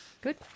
good